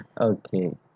Okay